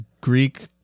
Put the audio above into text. Greek